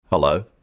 Hello